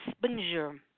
Bonjour